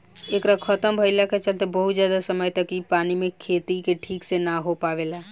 एकरा खतम भईला के चलते बहुत ज्यादा समय तक इ पानी मे के खेती ठीक से ना हो पावेला